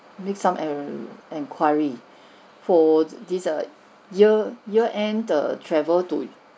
make some enq~ enquiry for this err year year end the travel to